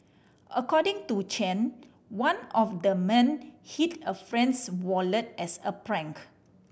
according to Chen one of the men hid a friend's wallet as a prank